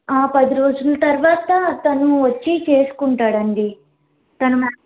ఆ పది రోజులు తర్వాత తను వచ్చి చేసుకుంటాడండి తను